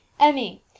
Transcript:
Emmy